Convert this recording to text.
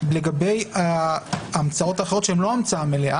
לגבי ההמצאות האחרות שהן לא המצאה מלאה